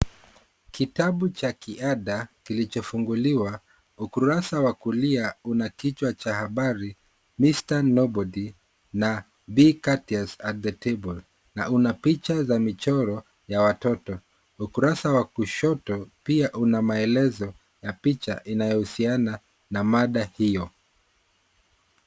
Kitabu cha kiada kilichofunguliwa ukurasa wa kulia una kichwa cha habari Mr. Nobody na Be Cautious at The Table na una picha za michoro ya watoto. Ukurasa wa kushoto pia una maelezo ya picha inayohusiana na mada hiyo.